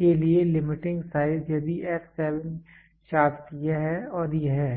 के लिए limiting size यदि f 7 शाफ्ट यह है और यह है